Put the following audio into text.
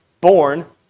born